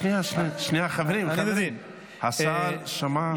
שנייה, חברים, השר שמע ויתייחס.